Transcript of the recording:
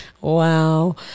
wow